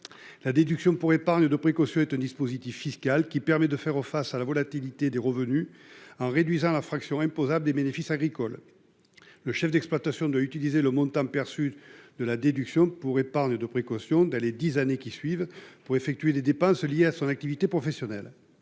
31 décembre 2022. La DEP est un dispositif fiscal qui permet de faire face à la volatilité des revenus en réduisant la fraction imposable du bénéfice agricole. Le chef d'exploitation doit utiliser le montant perçu de la déduction pour épargne de précaution dans les dix années qui suivent, afin d'effectuer des dépenses liées à son activité professionnelle.